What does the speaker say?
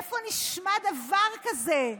איפה נשמע דבר כזה?